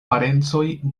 parencoj